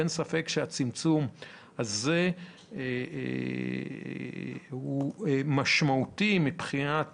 אין ספק שהצמצום הזה הוא משמעותי מבחינת